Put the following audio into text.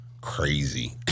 Crazy